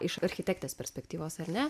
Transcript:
iš architektės perspektyvos ar ne